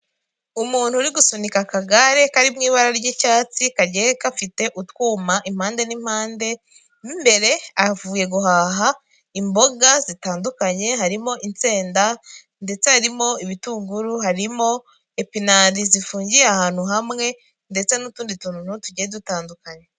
Umuntu uri gusunika akagare kari mu ibara ry'icyatsi kagiye gafite utwuma impande n'impande, mo imbere avuye guhaha imboga zitandukanye harimo insenda ndetse harimo ibitunguru, harimo epinari zifungiye ahantu hamwe ndetse n'utundi tuntu tugiye dutandukanye.